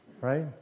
right